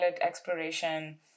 exploration